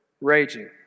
raging